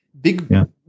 Big